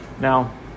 Now